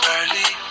Early